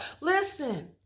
Listen